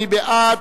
מי בעד?